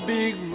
Big